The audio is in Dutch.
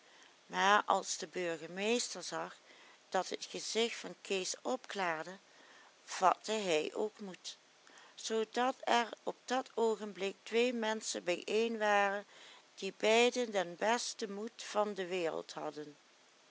maar als de burgemeester zag dat het gezicht van kees opklaarde vatte hij ook moed zoodat er op dat oogenblik twee menschen bijeenwaren die beide den besten moed van de wereld hadden